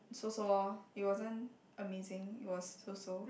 so so loh it wasn't amazing it was so so